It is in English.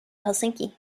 helsinki